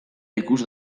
ikus